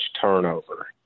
turnover